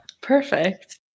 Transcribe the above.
Perfect